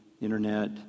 internet